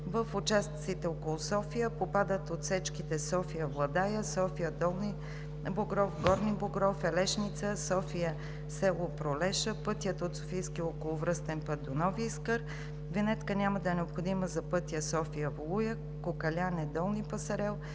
в участъците около София попадат отсечките: София – Владая, София – Долни Богров – Горни Богров – Елешница, София – село Пролеша, пътят от Софийски околовръстен път до Нови Искър. Винетка няма да е необходима за пътя София – Волуяк, Кокаляне – Долни Пасарел,